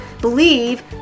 believe